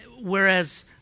Whereas